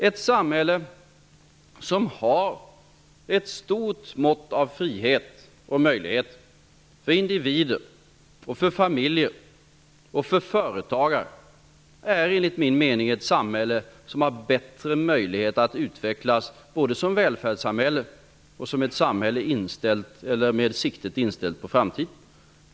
Ett samhälle som har ett stort mått av frihet och möjligheter för individer, för familjer och för företagare är enligt min mening ett samhälle som har bättre möjligheter att utvecklas både som välfärdssamhälle och som ett samhälle med siktet inställt på framtiden.